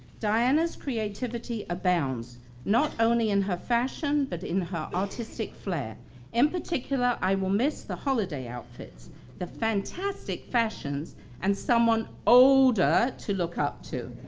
diana's creativity abounds not only in her fashion but in her artistic flair in particular i will miss the holiday outfits the fantastic fashions and someone older to look up to.